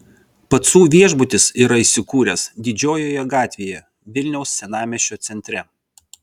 pacų viešbutis yra įsikūręs didžiojoje gatvėje vilniaus senamiesčio centre